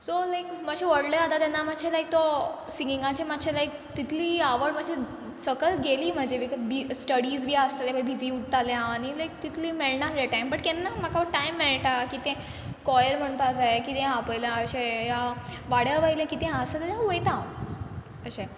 so लायक माश्शें व्हडलें जाता तेन्ना माश्शें लायक तो सिंगिंगाचे मात्चें लायक तितली आवड माश्शी सकल गेली म्हजी बिक बी स्टडीज बी आसता तें माय बिजी उरतालें हांव आनी लायक तितली मेळना आसलें टायम बट केन्ना म्हाका टायम मेळटा कितें कॉयर म्हणपा जायें किदें आपयलां अशें या वाड्या वयलें कितें आसा जाल्या वयता हांव अशें